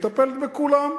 היא מטפלת בכולם.